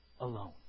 alone